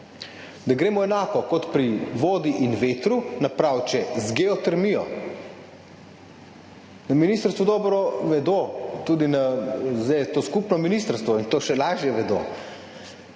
da gremo enako kot pri vodi in vetru naprej še z geotermijo. Na ministrstvu dobro vedo, zdaj je to skupno ministrstvo in to še lažje vedo,